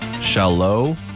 Shallow